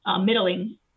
middling